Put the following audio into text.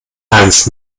eins